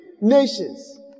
nations